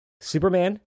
superman